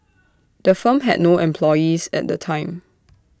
the firm had no employees at the time